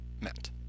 meant